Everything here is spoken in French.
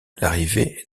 l’arrivée